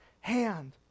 hand